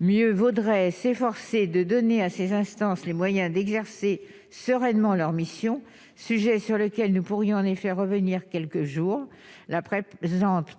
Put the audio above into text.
mieux vaudrait s'efforcer de donner à ces instances les moyens d'exercer sereinement leur mission, sujet sur lequel nous pourrions en effet revenir quelques jours la PrEP